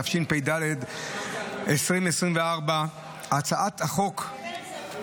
התשפ"ד 2024. הצעת החוק